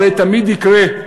הרי תמיד יקרה,